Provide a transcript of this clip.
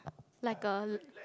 like a